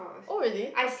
oh really